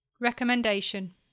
Recommendation